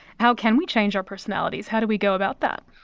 how can we change our personalities? how do we go about that?